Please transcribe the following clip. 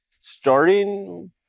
starting